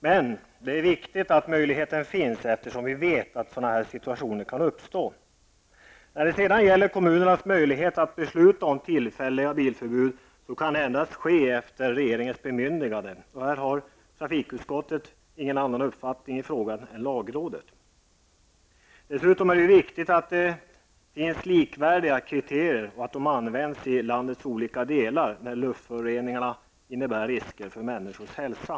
Men det är viktigt att möjligheten finns, eftersom vi vet att sådana här situationer kan uppstå. Kommunerna har endast möjlighet att besluta om tillfälliga bilförbud efter bemyndigande från regeringen. Trafikutskottet har alltså på denna punkt ingen annan uppfattning än lagrådet. Dessutom är det viktigt att kriterierna är likvärdiga och att de används i landets olika delar när luftföroreningarna innebär risker för människors hälsa.